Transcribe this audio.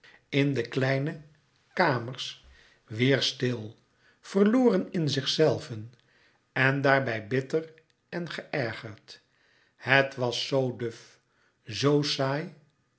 in de kleine kamers weêr stil verloren in zichzelven en daarbij bitter en geërgerd het was zoo duf zoo saai